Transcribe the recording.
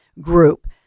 group